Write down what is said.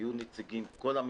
שיהיו בה נציגים מכל המשרדים.